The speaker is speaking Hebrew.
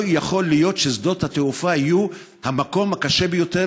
לא יכול להיות ששדות התעופה יהיו המקום הקשה ביותר,